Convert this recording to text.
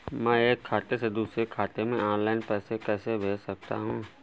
मैं एक खाते से दूसरे खाते में ऑनलाइन पैसे कैसे भेज सकता हूँ?